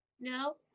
No